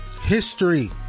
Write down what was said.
history